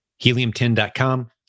Helium10.com